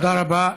תודה רבה.